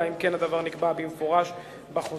אלא אם כן הדבר נקבע במפורש בחוזה.